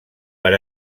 per